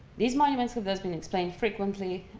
these monuments have thus being explained frequently,